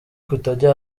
kutajya